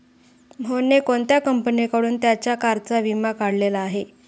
मोहनने कोणत्या कंपनीकडून त्याच्या कारचा विमा काढलेला आहे?